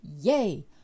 yay